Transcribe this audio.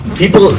people